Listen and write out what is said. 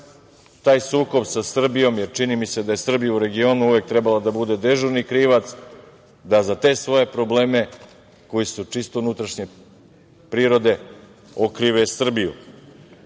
taj sukob sa Srbijom, jer čini mi se da je Srbija u regionu uvek trebala da bude dežurni krivac, da za te svoje probleme, koji su čisto unutrašnje prirode, okrive Srbiju. Meni